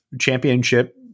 championship